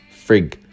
frig